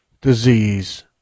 disease